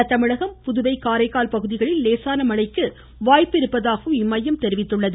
வட தமிழகம் புதுவை காரைக்கால் பகுதிகளில் லேசான மழைக்கு வாய்ப்பிருப்பதாகவும் இம்மையம் தெரிவித்துள்ளது